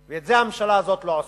ואת זה הממשלה הזאת לא עושה.